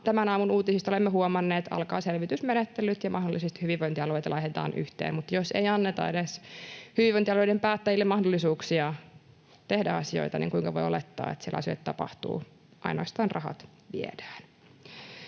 tämän aamun uutisista olemme huomanneet, alkavat selvitysmenettelyt ja mahdollisesti hyvinvointialueita laitetaan yhteen. Mutta jos ei anneta hyvinvointialueiden päättäjille edes mahdollisuuksia tehdä asioita, niin kuinka voi olettaa, että siellä asioita tapahtuu. Ainoastaan rahat viedään.